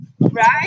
right